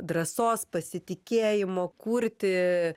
drąsos pasitikėjimo kurti